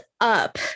up